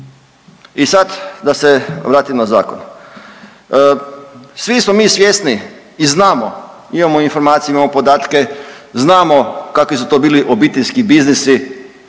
I sad da se vratim na zakon. Svi smo mi svjesni i znamo, imamo informacije, imamo podatke znamo kakvi su to bili obiteljski biznisi,